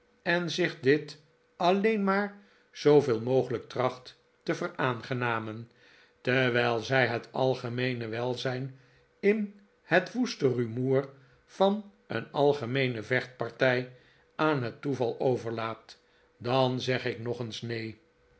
en zich dit alleen maar zooveel mogelijk tracht te veraangenamen terwijl zij het algemeene welzijn in het woeste rumoer van een algemeene vechtpartij aan het toeval overlaat dan zeg ik nog eens neen